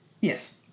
Yes